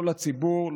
לא לציבור,